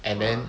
and then